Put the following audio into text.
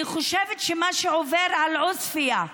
אני חושבת שמה שעובר על עוספיא,